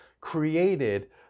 created